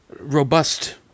Robust